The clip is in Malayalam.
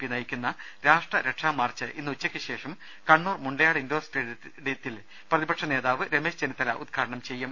പി നയിക്കുന്ന രാഷ്ട്ര രക്ഷാ മാർച്ച് ഇന്ന് ഉച്ചയ്ക്ക് ശേഷം കണ്ണൂർ മുണ്ടയാട് ഇൻഡോർ സ്റ്റേഡിയത്തിൽ പ്രതിപക്ഷ നേതാവ് രമേശ് ചെന്നിത്തല ഉദ്ഘാടനം ചെയ്യും